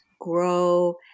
grow